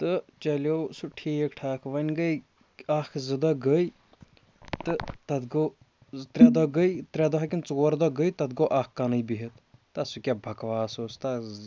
تہٕ چلیو سُہ ٹھیٖک ٹھاک وۄنۍ گٔے اَکھ زٕ دۄہ گٔے تہٕ تَتھ گوٚو زٕ ترٛےٚ دۄہ گٔے ترٛےٚ دۄہ ہا کِنہٕ ژور دۄہ گٔے تَتھ گوٚو اَکھ کَنٕے بِہِتھ تا سُہ کیٛاہ بَکواس اوس تا زٕ زٕ